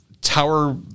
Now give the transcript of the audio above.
tower